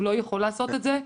הוא לא יכול לעשות את זה.